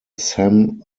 sam